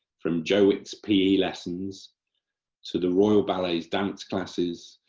from joe wicks' pe lessons to the royal ballet's dance classes,